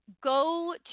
go